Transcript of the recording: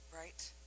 right